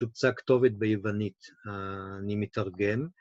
תוצג כתובת ביוונית. אני מתרגם